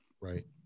right